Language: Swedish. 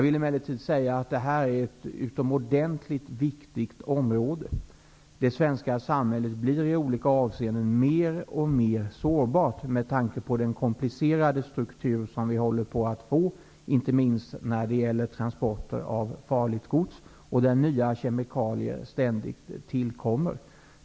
Det här är ett utomordentligt viktigt område. Det svenska samhället blir i olika avseenden mer och mer sårbart med tanke på den komplicerade struktur som håller på att bildas, inte minst när det gäller transporter av farligt gods och de nya kemikalier som ständigt tillkommer.